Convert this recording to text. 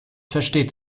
versteht